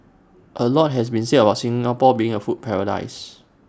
A lot has been said about Singapore being A food paradise